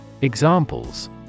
Examples